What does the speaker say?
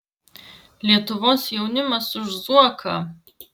lietuvos jaunimas už zuoką